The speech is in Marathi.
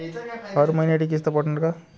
हर महिन्यासाठी किस्त पडनार का?